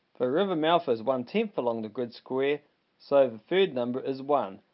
the river mouth is one tenth along the grid square so the third number is one,